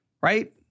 right